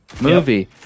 movie